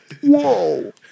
Whoa